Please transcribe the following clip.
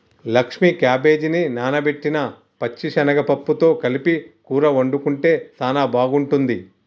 లక్ష్మీ క్యాబేజిని నానబెట్టిన పచ్చిశనగ పప్పుతో కలిపి కూర వండుకుంటే సానా బాగుంటుంది